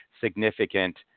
significant